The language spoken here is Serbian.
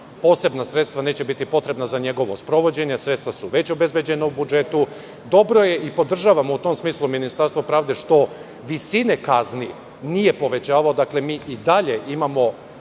posebna sredstva neće biti potrebna za njegovo sprovođenje. Sredstva su već obezbeđena u budžetu. Dobro je i podržavamo u tom smislu Ministarstvo pravde što visine kazni nije povećavao. Dakle, mi i dalje imamo